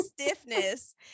stiffness